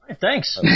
Thanks